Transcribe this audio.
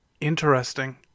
Interesting